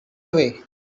away